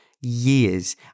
Years